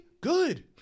good